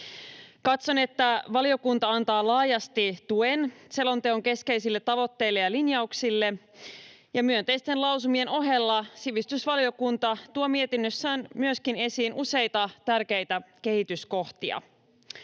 Katson, että valiokunta antaa laajasti tuen selonteon keskeisille tavoitteille ja linjauksille, ja myönteisten lausumien ohella sivistysvaliokunta tuo mietinnössään myöskin esiin useita tärkeitä kehityskohtia.